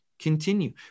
Continue